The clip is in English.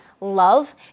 love